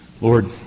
Lord